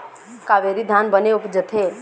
कावेरी धान बने उपजथे?